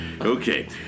Okay